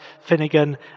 Finnegan